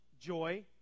joy